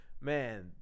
Man